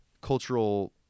cultural